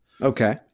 Okay